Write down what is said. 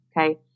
Okay